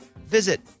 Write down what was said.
visit